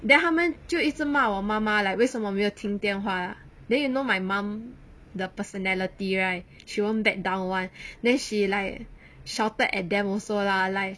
then 他们就一直骂我妈妈 like 为什么没有听电话 then you know my mom the personality right she won't back down [one] then she like shouted at them also lah like